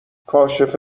کاشف